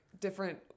different